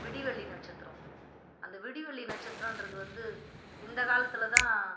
விடிவெள்ளி நட்சத்திரம் அந்த விடிவெள்ளி நட்சத்திரன்றது வந்து இந்த காலத்தில் தான்